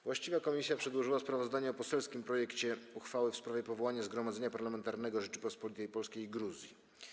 Właściwa komisja przedłożyła sprawozdanie o poselskim projekcie uchwały w sprawie powołania Zgromadzenia Parlamentarnego Rzeczypospolitej Polskiej i Gruzji.